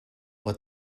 what